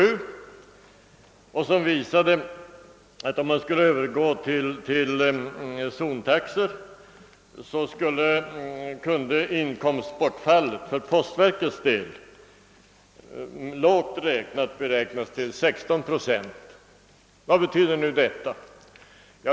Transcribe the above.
Den utredningen visade att inkomstbortfallet för postverkets del vid över gång till sådan samtrafik kan lågt räknat uppskattas till 16 procent. Vad innebär detta?